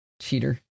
cheater